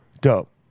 Dope